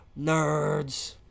nerds